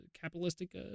capitalistic